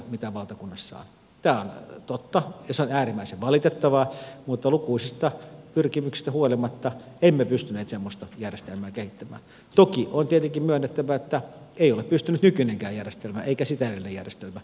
tämä on totta ja se on äärimmäisen valitettavaa mutta lukuisista pyrkimyksistä huolimatta emme pystyneet semmoista järjestelmää kehittämään toki on tietenkin myönnettävä että ei ole pystynyt nykyinenkään järjestelmä eikä sitä edellinen järjestelmä